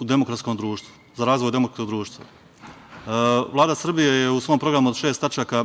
u demokratskom društvu, za razvoj demokratskog društva. Vlada Srbije je u svom programu od šest tačaka